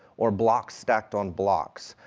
or blocks stacked on blocks,